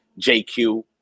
JQ